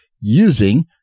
using